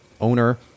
owner